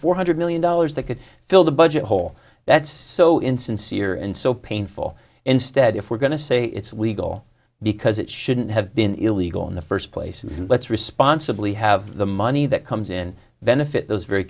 four hundred million dollars that could fill the budget hole that's so insincere and so painful instead if we're going to say it's legal because it shouldn't have been illegal in the first place and let's responsibly have the money that comes in benefit those very